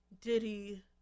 Diddy